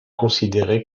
considéré